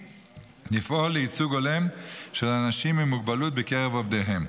לפעול לייצוג הולם של אנשים עם מוגבלות בקרב עובדיהם.